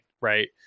right